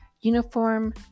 Uniform